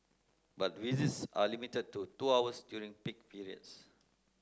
but visits are limited to two hours during peak periods